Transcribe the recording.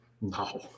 No